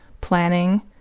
planning